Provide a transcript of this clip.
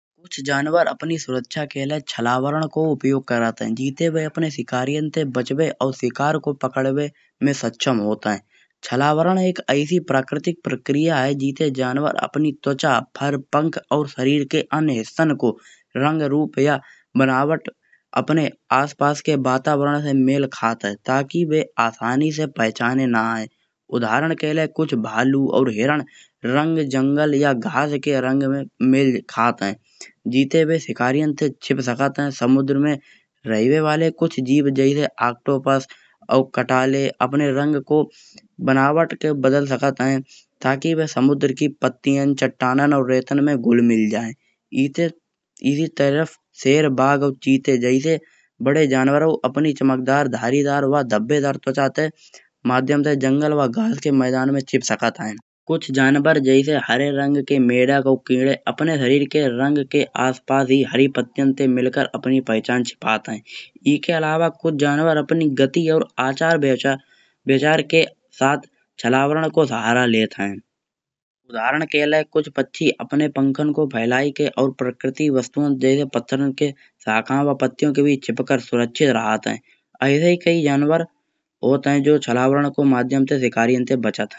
कुछ जनावर अपनी सुरक्षा के लाय छलावा को उपयोग करत है जिते वह अपने शिकारियन ते बचबे और शिकार की पकड़बे में सक्षम होत है। छलावरण एक ऐसी प्रकृतिक प्रक्रिया है। जिते जनावर अपनी त्वचा फर पंख और शरीर के अन्य हिस्सा को रंग रूप या बनावट अपने आस पास के वातावरण में मेल खात है ताकि यह आसानी से पहचावे न आए। उदाहरण के लाय कुछ भालू और हिरन रंग जंगल या घास के रंग में मेल खात है जिते बे सिखारियन ते छुप सकत है। समुद्र में रहवे बाले कुछ जीव जैसे ऑक्टोपस और कठले अपने रंग को बनावट के बदल सकत है ताकि बे समुद्र की पत्तियाँ चट्टानन और रेतन में घुल मिल जाए। इत्ते तरफ शेर बाघ और चीते जैसे बड़े जनवारो अपनी चमकदार धारि दार वा धब्बे दार त्वचा के माध्यम से जंगल वा घास के मैदान में छिप सकत है। कुछ जनावर जैसे हरे रंग के मेंढक और कीड़े अपने शरीर के रंग के आस पास ही हरी पत्तियाँ ते मिलकर अपनी पहचान छुपत है। एखे अलावा कुछ जनावर अपनी गति और अचर विचार के साथ छलावरण को सहारा लेत है। उदाहरण के लाय कुछ पक्षी अपने पंखन को फैलायी के और प्राकृतिक वस्तुआन जैसे पत्थरन के शाखा वा पत्तियों के बीच छिप के सुरक्षित रहत है। ऐसे ही कई जनावर होत है जो छलावरण को माध्यम से शिकारियन ते बचत है।